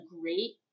great